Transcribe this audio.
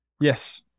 Yes